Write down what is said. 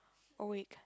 awake